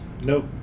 Nope